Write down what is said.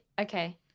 Okay